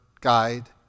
guide